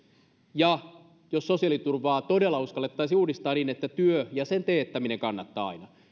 ja jos sosiaaliturvaa todella uskallettaisiin uudistaa niin että työ ja sen teettäminen kannattaa aina